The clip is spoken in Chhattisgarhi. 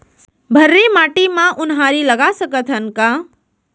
भर्री माटी म उनहारी लगा सकथन का?